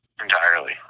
entirely